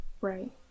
right